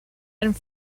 and